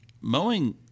mowing